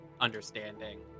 understanding